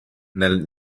nel